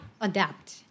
adapt